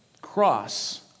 cross